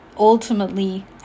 ultimately